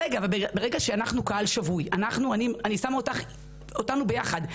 ברגע שאנחנו קהל שבוי - ואני שמה אותנו ביחד,